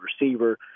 receiver